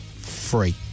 free